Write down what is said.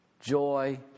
joy